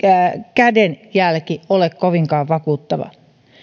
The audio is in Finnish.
kädenjälki ole kovinkaan vakuuttava